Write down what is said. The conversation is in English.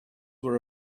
were